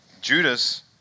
Judas